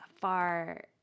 far